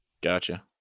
gotcha